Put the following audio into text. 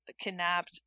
kidnapped